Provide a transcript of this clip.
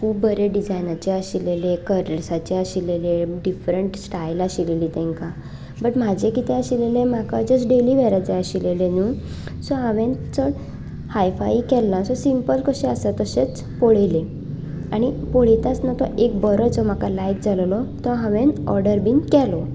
खूब बरे डिजायनाचे आसलेले कलर्साचे आसलेले डिफरंट स्टायल आशिल्ली तांकां बट म्हजें किदें आशिल्लें म्हाका जस्ट डेली वेअराक जाय आसलेले न्हू सो हांवें चड हायफाय केल ना सिंपल कशे आसा तशेंच पळयले आनी पळयता आसतना तो एक बरोसो म्हाका लायक जालेलो तो हांवें ऑर्डर बीन केलो